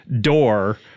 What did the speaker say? door-